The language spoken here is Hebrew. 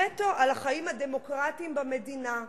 וטו על החיים הדמוקרטיים במדינה.